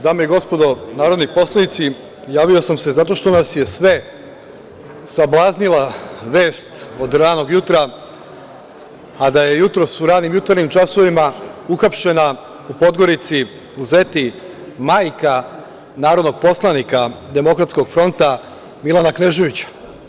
Dame i gospodo narodni poslanici, javio sam se zato što nas je sve sablaznila vest od ranog jutra, a da je jutros, u ranim jutarnjim časovima, uhapšena u Podgorici, u Zeti, majka narodnog poslanika Demokratskog fronta, Milana Kneževića.